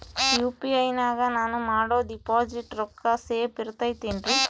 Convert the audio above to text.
UPI ನಾಗ ನಾನು ಮಾಡೋ ಡಿಪಾಸಿಟ್ ರೊಕ್ಕ ಸೇಫ್ ಇರುತೈತೇನ್ರಿ?